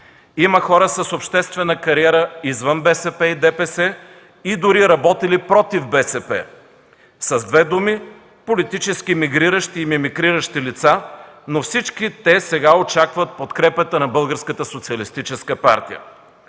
Има хора с обществена кариера извън БСП и ДПС и дори работили против БСП. С две думи – политически мигриращи и мимикриращи лица, но всички те сега очакват подкрепата на